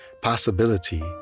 Possibility